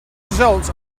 results